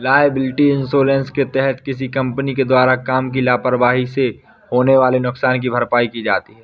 liability insurance के तहत किसी कंपनी के द्वारा काम की लापरवाही से होने वाले नुकसान की भरपाई की जाती है